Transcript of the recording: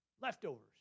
Leftovers